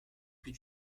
plus